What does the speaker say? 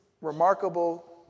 remarkable